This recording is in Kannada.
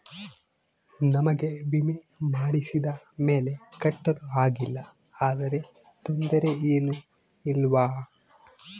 ನಮಗೆ ವಿಮೆ ಮಾಡಿಸಿದ ಮೇಲೆ ಕಟ್ಟಲು ಆಗಿಲ್ಲ ಆದರೆ ತೊಂದರೆ ಏನು ಇಲ್ಲವಾ?